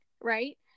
right